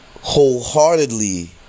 wholeheartedly